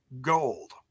gold